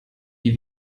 die